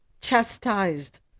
chastised